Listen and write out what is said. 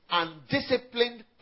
undisciplined